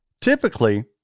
Typically